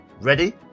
ready